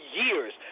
years